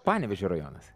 panevėžio rajonas